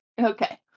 Okay